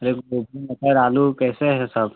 गोभी मटर आलू कैसे है सब